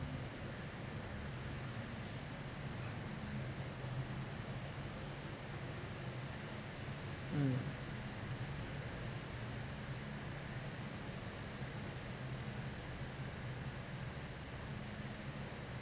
mm